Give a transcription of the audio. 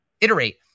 iterate